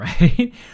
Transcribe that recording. right